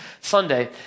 Sunday